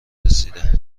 رسیده